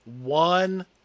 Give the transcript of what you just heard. one